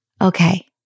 okay